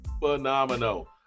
Phenomenal